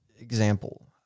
example